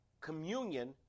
communion